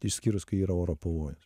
išskyrus kai yra oro pavojus